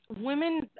women